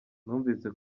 numvise